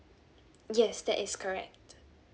yes that is correct